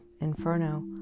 Inferno